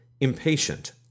impatient